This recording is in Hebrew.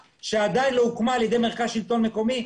שעדיין לא הוקמה על ידי מרכז שלטון מקומי?